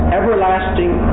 everlasting